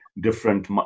different